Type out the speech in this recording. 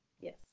yes